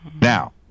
Now